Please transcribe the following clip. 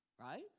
right